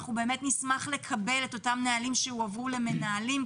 ואנחנו באמת נשמח לקבל את אותם נהלים שהועברו למנהלים,